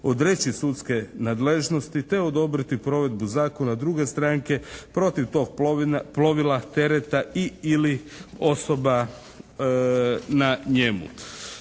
odreći sudske nadležnosti te odobriti provedbu zakona druge stranke protiv tog plovila, tereta, i/ili osoba na njemu.